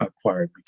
acquired